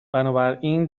بنابراین